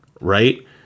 right